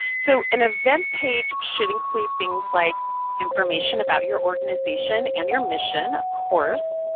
so an event page should include things like information about your organization and your mission, of course,